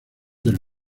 del